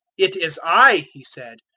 it is i, he said,